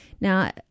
Now